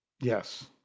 Yes